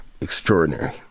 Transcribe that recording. extraordinary